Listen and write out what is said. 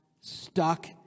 stuck